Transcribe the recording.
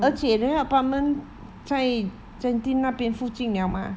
而且 ria apartment 在 genting 那边附近了 mah